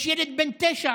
יש ילד בן תשע,